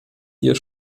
ihr